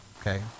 okay